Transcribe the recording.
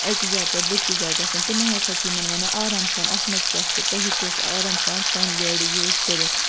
اَکہِ جایہِ پٮ۪ٹھ بیٚکِس جاے گژھُن تِم ہَسا چھِ یِمَن وَنان آرام سان اَتھ منٛز کیٛاہ چھُ تُہۍ ہیٚکِو سُہ آرام سان سانہِ گاڑِ یوٗز کٔرِتھ